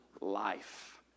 life